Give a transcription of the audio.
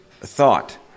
thought